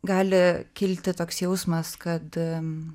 gali kilti toks jausmas kad